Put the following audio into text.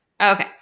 okay